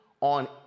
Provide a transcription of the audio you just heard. on